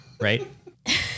right